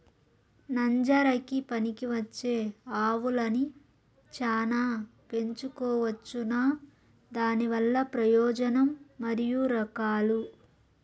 నంజరకి పనికివచ్చే ఆవులని చానా పెంచుకోవచ్చునా? దానివల్ల ప్రయోజనం మరియు రకాలు?